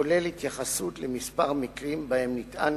הכולל התייחסות לכמה מקרים שבהם נטען